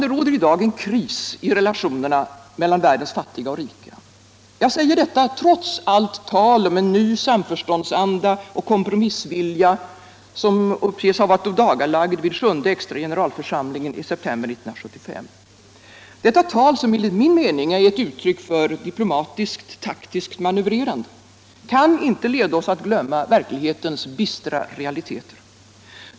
Det råder i dag en kris i retationerna mellan världens fattiga och rika. Jag säger detta trots allt tal om en ny samförståndsanda och kompromissvilja som uppges ha ådagalagts vid den sjunde extra generalförsamlingen i september 1975. Detta tal, som enligt min mening bör betraktas som uttryck för diplomatiskt-taktiskt manövrerande, kan inte leda oss att glömma verklighetens bistra realiteter.